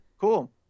cool